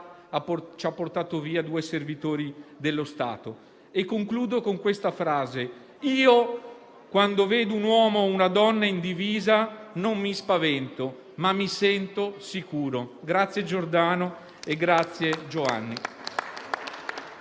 ci ha portato via due servitori dello Stato. Concludo con questa frase: io, quando vedo un uomo o una donna in divisa, non mi spavento, ma mi sento sicuro. Grazie Giordano e grazie Giovanni.